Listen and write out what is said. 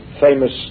famous